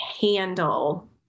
handle